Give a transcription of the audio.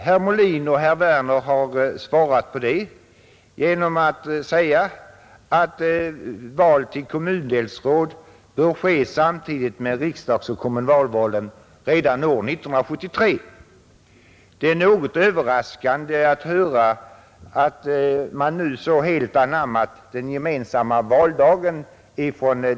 Herr Molin och herr Werner i Malmö har svarat på det genom att säga att val till kommundelsråd bör ske samtidigt med riksdagsoch kommunalvalen redan år 1973. Det är något överraskande att höra att dessa talesmän så helt anammat den gemensamma valdagen.